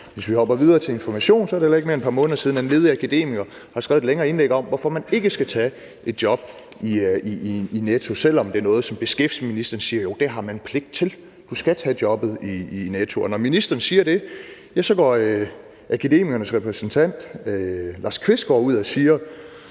Vi hopper videre til Information. Det er heller ikke mere end et par måneder siden, at en ledig akademiker skrev et længere indlæg om, hvorfor man ikke skal tage et job i Netto, selv om det er noget, som beskæftigelsesministeren siger at man har pligt til: Du skal tage jobbet i Netto. Og når ministeren siger det, går Akademikernes formand, Lars Qvistgaard,